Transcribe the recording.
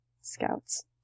scouts